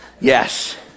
Yes